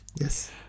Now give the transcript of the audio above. Yes